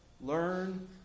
Learn